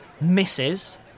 misses